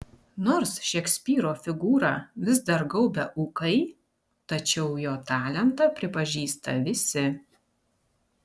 nors šekspyro figūrą vis dar gaubia ūkai tačiau jo talentą pripažįsta visi